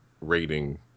rating